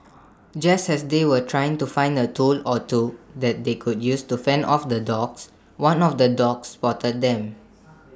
just as they were trying to find A tool or two that they could use to fend off the dogs one of the dogs spotted them